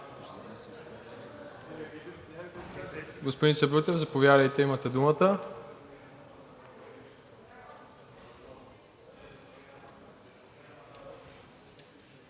Господин Сабрутев, заповядайте, имате думата.